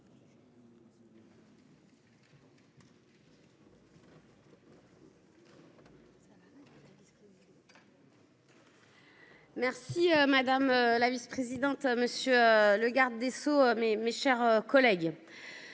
Madame la présidente, monsieur le garde des sceaux, mes chers collègues,